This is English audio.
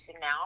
now